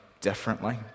differently